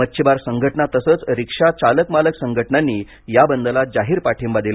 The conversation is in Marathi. मच्छीमार संघटना तसचं रिक्षा चालक मालक संघटनांनी या बंदला जाहीर पाठिंबा दिला